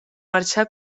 marxar